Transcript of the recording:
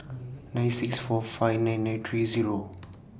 nine six five four nine nine three Zero